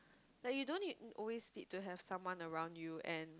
like you don't need always need to have someone around you and